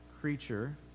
creature